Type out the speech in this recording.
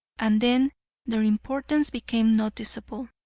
and then their importance became noticeable.